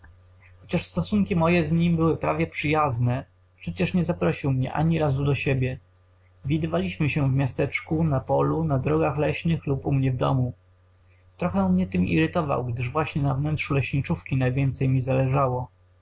chociaż stosunki moje z nim były prawie przyjazne przecież nie zaprosił mnie ani razu do siebie widywaliśmy się w miasteczku na polu na drogach leśnych lub u mnie w domu trochę mnie tym irytował gdyż właśnie na wnętrzu leśniczówki najwięcej mi zależało